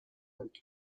بود